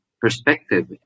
perspective